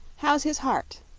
how's his heart?